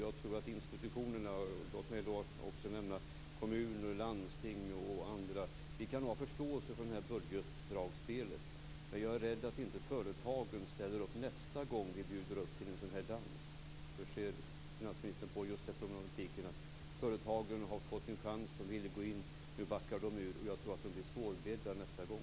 Jag tror att institutionerna - låt mig nämna kommuner, landsting och andra - kan ha förståelse för det här budgetdragspelet. Men jag är rädd för att företagen inte ställer upp nästa gång vi bjuder upp till en sådan här dans. Hur ser finansministern på problemet att företagen har fått en chans, att de ville gå in, men att de nu backar ur? Jag tror att de blir svårbedda nästa gång.